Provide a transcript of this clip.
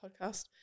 podcast